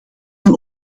dan